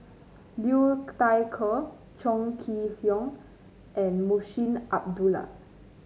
Liu Thai Ker Chong Kee Hiong and Munshi Abdullah